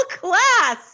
class